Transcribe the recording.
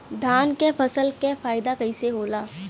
धान क फसल क फायदा कईसे होला?